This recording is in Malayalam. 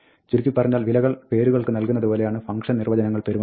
ചുരുക്കി പറഞ്ഞാൽ വിലകൾ പേരുകൾക്ക് നൽകുന്നത് പോലെയാണ് ഫംഗ്ഷൻ നിർവ്വചനങ്ങൾ പെരുമാറുന്നത്